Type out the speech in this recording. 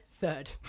Third